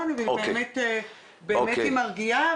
מה לגבי אלה שמפעילים לא דרך הרשות?